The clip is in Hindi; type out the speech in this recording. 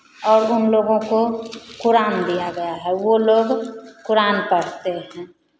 और उन लोगों को कुरान दिया गया है वो लोग कुरान पढ़ते हैं